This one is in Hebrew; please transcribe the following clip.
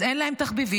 אז אין להם תחביבים,